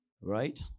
Right